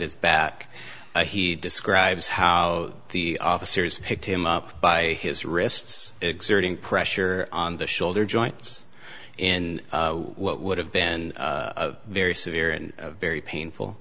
his back he describes how the officers picked him up by his wrists exerting pressure on the shoulder joints and what would have been a very severe and very painful